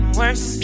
worse